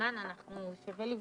הישיבה ננעלה בשעה 14:15.